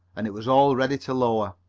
and it was all ready to lower.